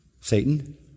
Satan